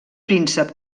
príncep